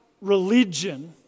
religion